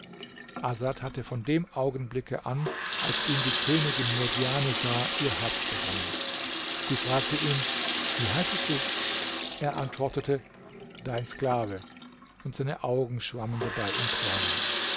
hatte von dem augenblicke an als ihn die königin murdjane sah ihr herz gewonnen sie fragte ihn wie heißest du er antwortete dein sklave und seine augen schwammen dabei in tränen